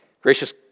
Gracious